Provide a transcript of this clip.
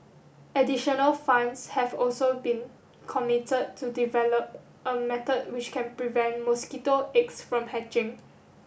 additional funds have also been committed to develop a method which can prevent mosquito eggs from hatching